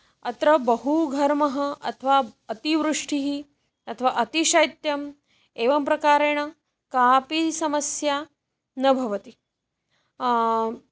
अत्र बहु घर्मः अथवा अतिवृष्टिः अथवा अतिशैत्यम् एवं प्रकारेण कापि समस्या न भवति